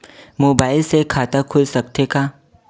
Mobile से खाता खुल सकथे का?